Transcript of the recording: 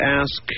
ask